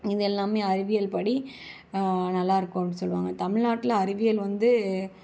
இது எல்லாமே அறிவியல்படி நல்லா இருக்கும் அப்படின்னு சொல்வாங்கள் தமில்நாட்டில் அறிவியல் வந்து